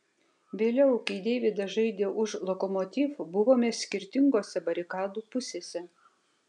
vėliau kai deividas žaidė už lokomotiv buvome skirtingose barikadų pusėse